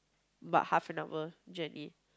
but half an hour journey